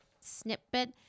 snippet